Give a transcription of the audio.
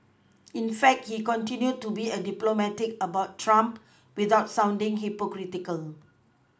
in fact he continued to be diplomatic about Trump without sounding hypocritical